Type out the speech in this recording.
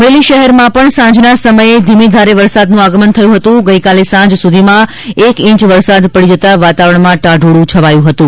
અમરેલી શહેરમાં પણ સાંજના સમયે ધીમીધારે વરસાદનું આગમન થયું હતું અને ગઇકાલે સાંજ સુધીમાં એક ઇંચ વરસાદ પડી જતા વાતાવરણમાં ટાઢોડું છવાયું હતું